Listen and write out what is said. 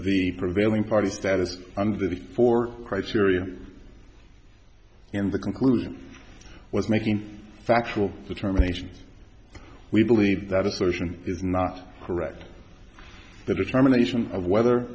the prevailing party status under the four criteria and the conclusion was making factual determination we believe that assertion is not correct the determination of whether